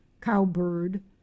cowbird